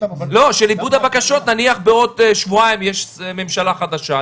הבקשות בהינתן שבעוד שבועיים יש ממשלה חדשה,